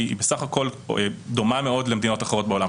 היא בסך הכול דומה למדינות אחרות בעולם.